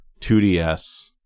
2DS